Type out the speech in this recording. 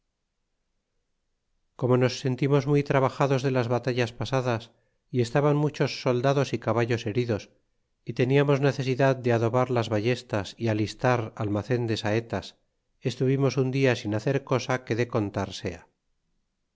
como nos sentimos muy trabajados de las batallas pasadas y estaban muchos soldados y caballos heridos y teniamos necesidad de adobar las ballestas y alistat almacen de saetas estuvimos un dia sin hacer cosa que de contar sea